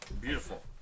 Beautiful